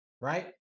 right